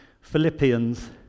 Philippians